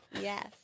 Yes